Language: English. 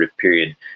period